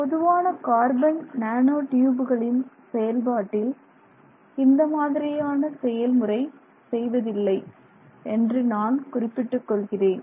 பொதுவான carbon nano ட்யூபுகளின் செயல்பாட்டில் இந்த மாதிரியான செயல்முறை செய்வதில்லை என்று நான் குறிப்பிட்டுக் கொள்கிறேன்